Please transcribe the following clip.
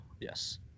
Yes